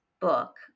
book